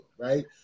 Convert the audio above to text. right